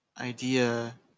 idea